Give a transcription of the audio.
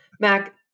Mac